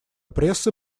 прессы